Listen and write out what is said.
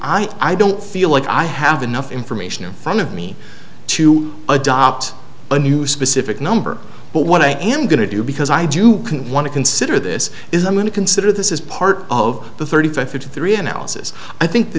i don't feel like i have enough information in front of me to adopt a new specific number but what i am going to do because i do can want to consider this is i'm going to consider this is part of the thirty five fifty three analysis i think the